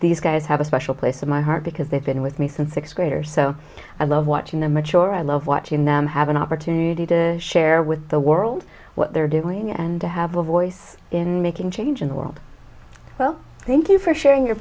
these guys have a special place in my heart because they've been with me since six greater so i love watching them mature i love watching them have an opportunity to share with the world what they're doing and to have a voice in making change in the world well thank you for sharing your